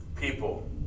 people